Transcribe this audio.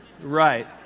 Right